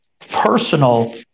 personal